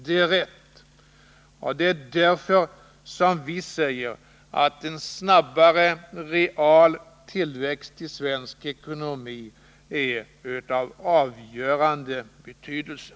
Det är rätt, och det är anledningen till att vi säger att en snabbare real tillväxt i svensk ekonomi är av avgörande betydelse.